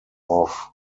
off